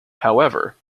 however